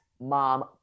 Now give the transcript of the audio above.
Mom